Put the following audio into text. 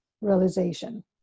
realization